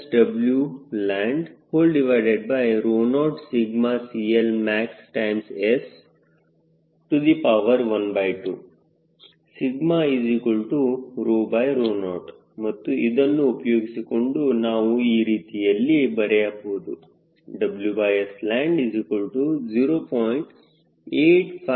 3Vstall ಆದ್ದರಿಂದ Vsland2Wland0CLmaxS12 0 ಮತ್ತು ಇದನ್ನು ಉಪಯೋಗಿಸಿಕೊಂಡು ನಾವು ಈ ರೀತಿಯಲ್ಲಿ ಬರೆಯಬಹುದು WSland0